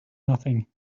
nothing